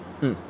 mm